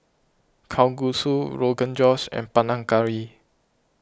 Kalguksu Rogan Josh and Panang Curry